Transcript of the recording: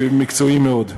ומקצועיים מאוד.